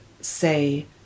say